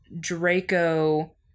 Draco